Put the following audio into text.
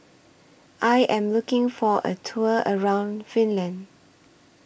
I Am looking For A Tour around Finland